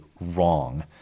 wrong